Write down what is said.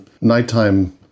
nighttime